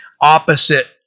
Opposite